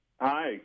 Hi